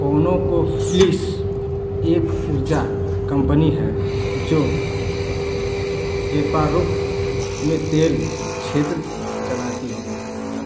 ConocoPhillips एक ऊर्जा company है जो कृपारुक में तेल क्षेत्र चलाती है